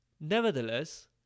Nevertheless